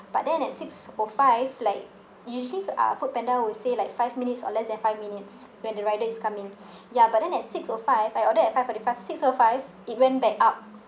but then at six O five like usually f~ uh Foodpanda will say like five minutes or less than five minutes when the rider is coming ya but then at six O five I ordered at five forty-five six O five it went back up